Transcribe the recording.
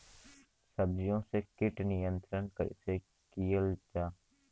सब्जियों से कीट नियंत्रण कइसे कियल जा?